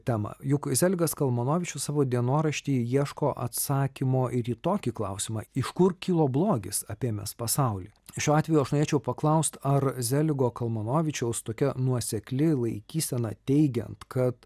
temą juk zeligas kalmanovičius savo dienorašty ieško atsakymo ir į tokį klausimą iš kur kilo blogis apėmęs pasaulį šiuo atveju aš norėčiau paklaust ar zeligo kalmanovičiaus tokia nuosekli laikysena teigiant kad